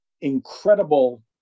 incredible